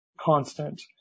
constant